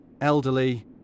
elderly